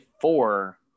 four